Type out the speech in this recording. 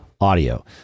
audio